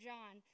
John